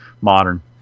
modern